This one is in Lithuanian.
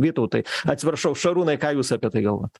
vytautai atsiprašau šarūnai ką jūs apie tai galvojat